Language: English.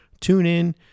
TuneIn